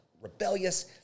rebellious